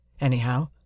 Anyhow